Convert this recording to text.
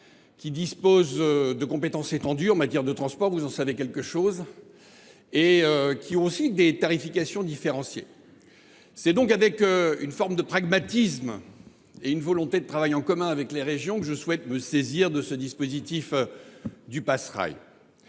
qui disposent de compétences étendues en matière de transport et qui pratiquent également des tarifications différenciées. C’est donc avec une forme de pragmatisme et une volonté de travail en commun avec les régions que je souhaite me saisir de ce dispositif. J’envisage